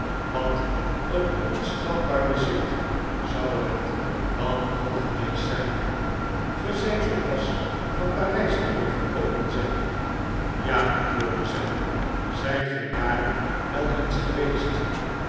wat een onschatbaar bezit zou het dan al geweest zijn ge zijt zoo pas van parijs teruggekomen zei ik ja antwoordde zij zijt gij daar wel eens geweest